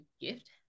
gift